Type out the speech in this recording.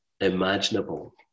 imaginable